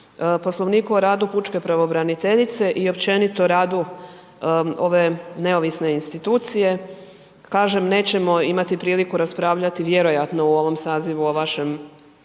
poslovniku o radu pučke pravobraniteljice i općenito radu ove neovisne institucije. Kažem nećemo imati priliku raspravljati vjerojatno u ovom sazivu o vašem